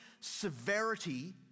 severity